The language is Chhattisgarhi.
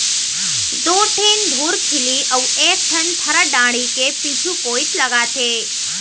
दू ठिन धुरखिली अउ एक ठन थरा डांड़ी के पीछू कोइत लागथे